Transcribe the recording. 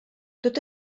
tot